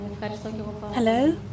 Hello